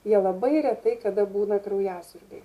jie labai retai kada būna kraujasiurbiai